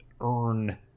earn